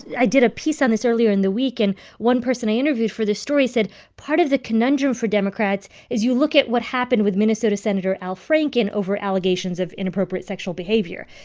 i did a piece on this earlier in the week. and one person i interviewed for this story said part of the conundrum for democrats is you look at what happened with minnesota senator al franken over allegations of inappropriate sexual behavior.